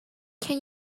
can